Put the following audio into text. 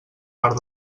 part